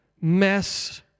mess